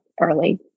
early